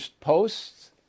posts